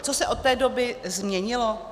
Co se od té doby změnilo?